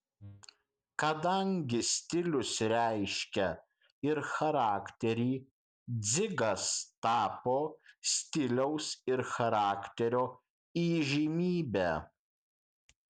kadangi stilius reiškia ir charakterį dzigas tapo stiliaus ir charakterio įžymybe